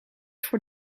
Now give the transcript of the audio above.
voor